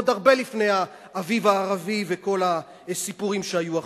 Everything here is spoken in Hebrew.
עוד הרבה לפני האביב הערבי וכל הסיפורים שהיו עכשיו.